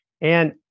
and-